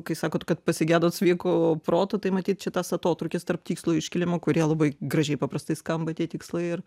kai sakot kad pasigedot sveiko proto tai matyt čia tas atotrūkis tarp tikslų iškėlimo kurie labai gražiai paprastai skamba tie tikslai ir